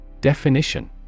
Definition